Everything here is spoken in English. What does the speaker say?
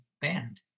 band